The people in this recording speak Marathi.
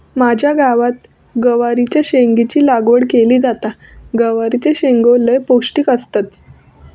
माझ्या गावात गवारीच्या शेंगाची लागवड केली जाता, गवारीचे शेंगो लय पौष्टिक असतत